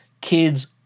kids